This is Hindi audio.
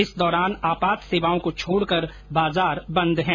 इस दौरान आपात सेवाओं को छोड़कर बाजार बंद हैं